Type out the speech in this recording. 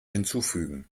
hinzufügen